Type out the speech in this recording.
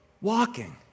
walking